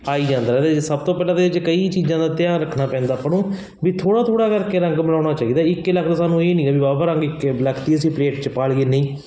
ਆਈ ਜਾਂਦਾ ਇਹਦੇ 'ਚ ਸਭ ਤੋਂ ਪਹਿਲਾਂ ਤਾਂ ਇਹ 'ਚ ਕਈ ਚੀਜ਼ਾਂ ਦਾ ਧਿਆਨ ਰੱਖਣਾ ਪੈਂਦਾ ਆਪਾਂ ਨੂੰ ਵੀ ਥੋੜ੍ਹਾ ਥੋੜ੍ਹਾ ਕਰਕੇ ਰੰਗ ਬਣਾਉਣਾ ਚਾਹੀਦਾ ਇੱਕੇ ਲਖਤ ਸਾਨੂੰ ਇਹ ਨਹੀਂ ਗਾ ਵੀ ਵਾਹ ਵਾਹ ਰੰਗ ਇੱਕੇ ਲਖਤ ਹੀ ਅਸੀਂ ਪਲੇਟ 'ਚ ਪਾ ਲਈਏ ਨਹੀਂ